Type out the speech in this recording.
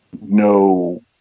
no